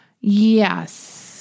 Yes